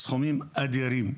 סכומים אדירים,